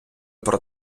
про